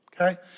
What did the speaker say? okay